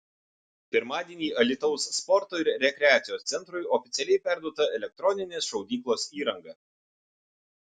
pirmadienį alytaus sporto ir rekreacijos centrui oficialiai perduota elektroninės šaudyklos įranga